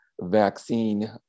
vaccine